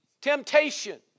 temptation